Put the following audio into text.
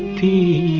te